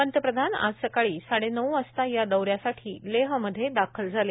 पंतप्रधान आज सकाळी साडेनऊ वाजता या दौ यासाठी लेहमधे दाखल झाले